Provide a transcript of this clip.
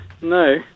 no